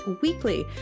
weekly